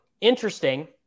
interesting